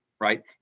right